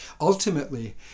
Ultimately